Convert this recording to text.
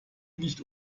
nicht